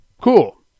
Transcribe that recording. cool